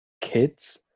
kids